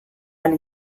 ahal